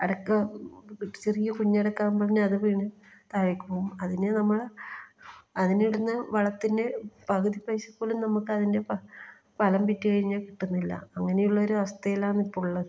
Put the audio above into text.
അടക്ക ചെറിയ കുഞ്ഞടക്ക താഴേക്ക് പോകും അതിനെ നമ്മൾ അതിനിടുന്ന വളത്തിൻ്റെ പകുതി പൈസ പോലും നമുക്കതിൻ്റെ ഫലം വിറ്റ് കഴിഞ്ഞാൽ കിട്ടുന്നില്ല അങ്ങനെയുള്ളൊരു അവസ്ഥയിലാണ് ഇപ്പോൾ ഉള്ളത്